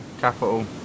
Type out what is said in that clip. capital